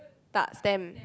tak stamp